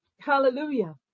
hallelujah